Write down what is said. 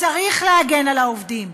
וצריך להגן על העובדים,